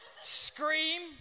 scream